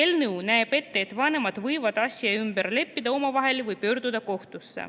Eelnõu näeb ette, et vanemad võivad asja uuesti omavahel kokku leppida või pöörduda kohtusse.